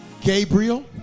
Gabriel